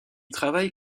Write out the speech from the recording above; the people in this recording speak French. travaille